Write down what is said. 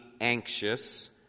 anxious